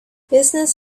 business